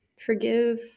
forgive